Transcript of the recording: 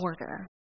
order